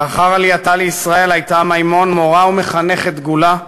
לאחר עלייתה לישראל הייתה מימון מורה ומחנכת דגולה,